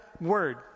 word